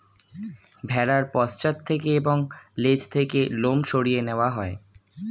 ভেড়ার পশ্চাৎ থেকে এবং লেজ থেকে লোম সরিয়ে নেওয়া হয়